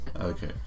Okay